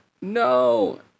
No